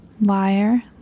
Liar